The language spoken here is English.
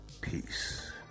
Peace